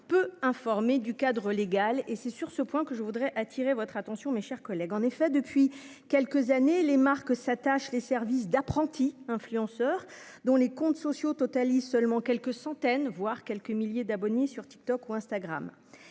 peu informés du cadre légal et c'est sur ce point que je voudrais attirer votre attention, mes chers collègues, en effet, depuis quelques années, les marques s'attache les services d'apprentis influenceurs dont les comptes sociaux totalisent seulement quelques centaines, voire quelques milliers d'abonnés sur TikTok ou Instagram